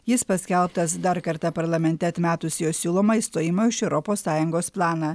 jis paskelbtas dar kartą parlamente atmetus jo siūlomą išstojimo iš europos sąjungos planą